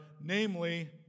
namely